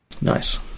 Nice